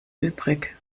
übrig